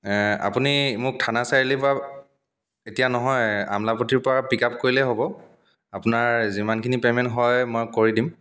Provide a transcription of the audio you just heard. আপুনি মোক থানা চাৰিআলি পৰা এতিয়া নহয় আমলাপট্টিৰ পৰা পিকআপ কৰিলেই হ'ব আপোনাৰ যিমানখিনি পে'মেণ্ট হয় মই কৰি দিম